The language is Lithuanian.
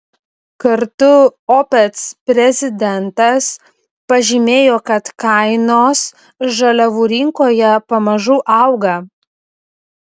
kartu opec prezidentas pažymėjo kad kainos žaliavų rinkoje pamažu auga